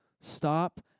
stop